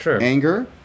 anger